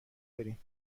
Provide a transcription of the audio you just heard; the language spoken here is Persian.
بریم